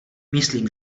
myslím